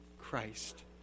Christ